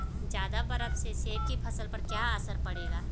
ज़्यादा बर्फ से सेब की फसल पर क्या असर पड़ेगा?